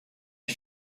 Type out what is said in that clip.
est